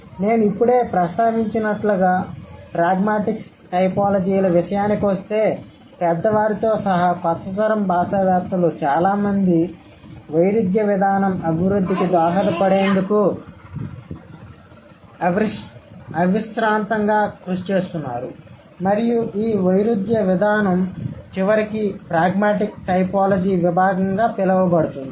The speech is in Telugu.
కాబట్టి నేను ఇప్పుడే ప్రస్తావించినట్లుగా ప్రాగ్మాటిక్స్ టైపోలాజీల విషయానికొస్తేపెద్ద వారితో సహా కొత్త తరం భాషావేత్తలు చాలా మంది వైరుధ్య విధానం అభివృద్ధికి దోహదపడేందుకు అవిశ్రాంతంగా కృషి చేస్తున్నారు మరియు ఈ వైరుధ్య విధానం చివరకి ప్రాగ్మాటిక్ టైపోలోజి విభాగం గా పిలవబడుతుంది